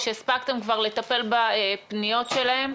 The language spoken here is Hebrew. או שהספקתם כבר לטפל בפניות שלהם,